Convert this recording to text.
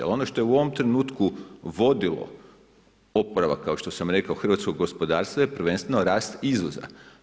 Ali ono što je u ovom trenutku vodilo oporavak, kao što sam rekao, hrvatskog gospodarstva je prvenstveno rast izvoza.